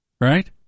Right